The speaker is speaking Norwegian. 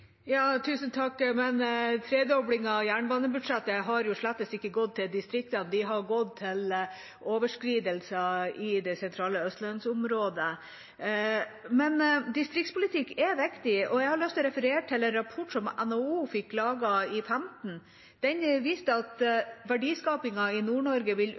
av jernbanebudsjettet har jo slett ikke gått til distriktene – det har gått til overskridelser i det sentrale østlandsområdet. Men distriktspolitikk er viktig, og jeg har lyst til å referere til en rapport som NHO fikk laget i 2015. Den viste at verdiskapingen i